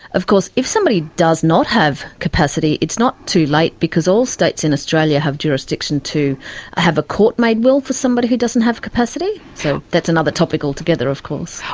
of course if somebody does not have capacity, it's not too late because all states in australia have jurisdiction to have a court-made will for somebody who doesn't have capacity. so that's another topic altogether of course.